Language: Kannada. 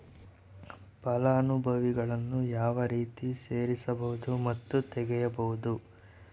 ಫಲಾನುಭವಿಗಳನ್ನು ಯಾವ ರೇತಿ ಸೇರಿಸಬಹುದು ಮತ್ತು ತೆಗೆಯಬಹುದು?